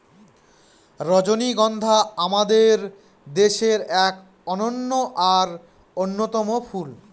রজনীগন্ধা আমাদের দেশের এক অনন্য আর অন্যতম ফুল